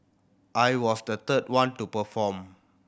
I was the third one to perform